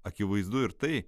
akivaizdu ir tai